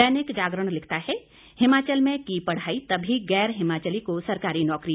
दैनिक जागरण लिखता है हिमाचल में की पढ़ाई तभी गैर हिमाचली को सरकारी नौकरी